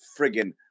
friggin